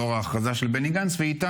מאי 2024. תודה.